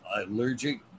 allergic